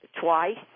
twice